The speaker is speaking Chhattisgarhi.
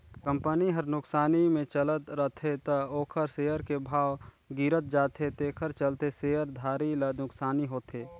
कंपनी हर नुकसानी मे चलत रथे त ओखर सेयर के भाव गिरत जाथे तेखर चलते शेयर धारी ल नुकसानी होथे